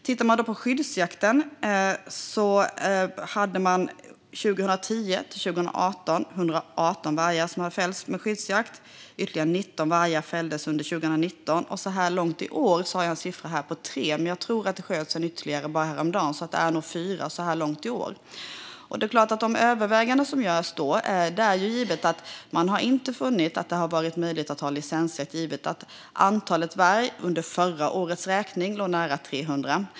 Vad gäller skyddsjakt fälldes 118 vargar under 2010-2018 och ytterligare 19 vargar under 2019. Så här långt i år har det skjutits tre eller eventuellt fyra vargar. Jag tror nämligen att det sköts ytterligare en häromdagen. I de överväganden som har gjorts har man funnit att det inte har varit möjligt med licensjakt eftersom antalet vargar efter förra årets räkning låg nära 300.